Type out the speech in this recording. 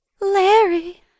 Larry